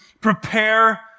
prepare